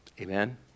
Amen